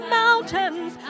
mountains